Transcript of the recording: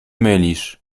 mylisz